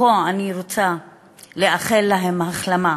מפה אני רוצה לאחל להם החלמה,